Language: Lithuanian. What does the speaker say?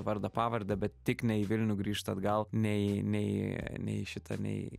vardą pavardę bet tik ne į vilnių grįžt atgal nei nei ne į šitą nei